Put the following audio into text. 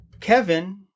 Kevin